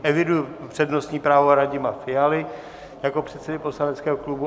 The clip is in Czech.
Eviduji přednostní právo Radima Fialy jako předsedy poslaneckého klubu.